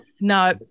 No